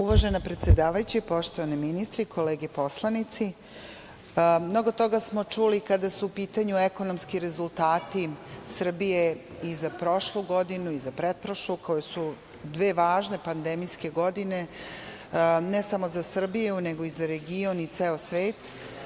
Uvažena predsedavajuća, poštovani ministre, kolege poslanici, mnogo toga smo čuli kada su u pitanju ekonomski rezultati Srbije i za prošlu godinu i za pretprošlu, koje su dve važne pandemijske godine, ne samo za Srbiju nego i za region i ceo svet.